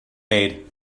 made